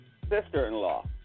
sister-in-law